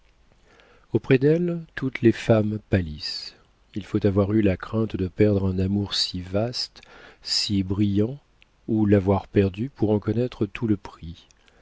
auprès d'elle toutes les femmes pâlissent il faut avoir eu la crainte de perdre un amour si vaste si brillant ou l'avoir perdu pour en connaître tout le prix